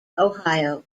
ohio